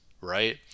right